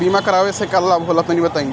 बीमा करावे से का लाभ होला तनि बताई?